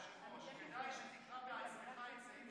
סובה, היושב-ראש, כדאי שתקרא בעצמך את סעיף 77,